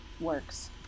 works